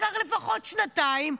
ייקח לפחות שנתיים,